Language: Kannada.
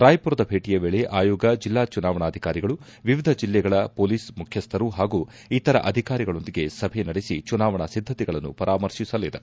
ರಾಯ್ಪುರದ ಭೇಟಿಯ ವೇಳೆ ಆಯೋಗ ಜಿಲ್ಲಾ ಚುನಾವಣಾಧಿಕಾರಿಗಳು ವಿವಿಧ ಜಿಲ್ಲೆಗಳ ಪೊಲೀಸ್ ಮುಖ್ಯಸ್ವರು ಹಾಗೂ ಇತರ ಅಧಿಕಾರಿಗಳೊಂದಿಗೆ ಸಭೆ ನಡೆಸಿ ಚುನಾವಣಾ ಸಿದ್ದತೆಗಳನ್ನು ಪರಾಮರ್ತಿಸಲಿದೆ